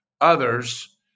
others